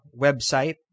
website